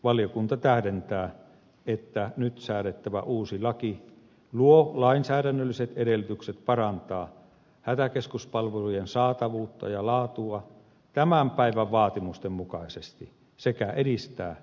valiokunta tähdentää että nyt säädettävä uusi laki luo lainsäädännölliset edellytykset parantaa hätäkeskuspalvelujen saatavuutta ja laatua tämän päivän vaatimusten mukaisesti sekä edistää väestön turvallisuutta